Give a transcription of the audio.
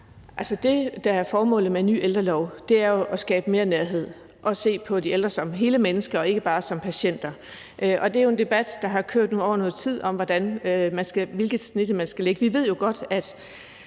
det, der er formålet med en ny ældrelov, er jo at skabe mere nærhed og se på de ældre som hele mennesker og ikke bare som patienter. Og det er jo en debat, der har kørt nu over noget tid, om, hvilket snit man skal lægge.